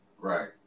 Right